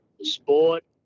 Sport